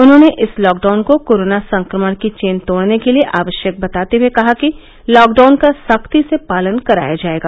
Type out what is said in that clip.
उन्होंने इस लॉकडाउन को कोरोना संक्रमण की चेन तोड़ने के लिये आवश्यक बताते हुए कहा कि तॉकडाउन का सख्ती से पालन कराया जाएगा